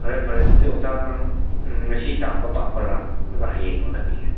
ꯐꯔꯦ ꯐꯔꯦ ꯑꯗꯨꯗꯤ ꯑꯣꯖꯥ ꯅꯪ ꯉꯁꯤ ꯆꯥꯝꯕ ꯄꯥꯝꯕꯔꯥ ꯅꯠꯇ꯭ꯔꯒ ꯍꯌꯦꯡꯂꯣ ꯅꯪꯒꯤꯁꯦ